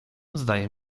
zdaje